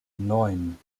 neun